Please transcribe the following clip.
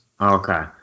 okay